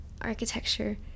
architecture